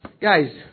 Guys